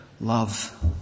love